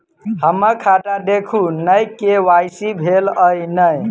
हम्मर खाता देखू नै के.वाई.सी भेल अई नै?